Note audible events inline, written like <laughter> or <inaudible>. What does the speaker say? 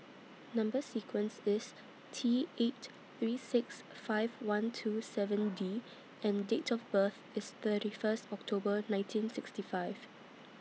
Number sequence IS T eight three six five one two seven D and Date of birth IS thirty First October nineteen sixty five <noise>